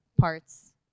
parts